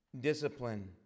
discipline